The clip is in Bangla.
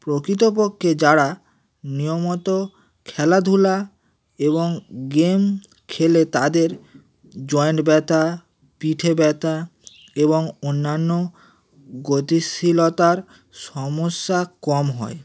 প্রকৃতপক্ষে যারা নিয়মিত খেলাধূলা এবং গেম খেলে তাদের জয়েন্ট ব্যথা পিঠে ব্যথা এবং অন্যান্য গতিশীলতার সমস্যা কম হয়